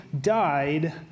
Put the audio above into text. died